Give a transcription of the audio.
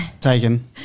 Taken